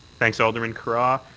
thanks, alderman carra.